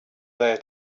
there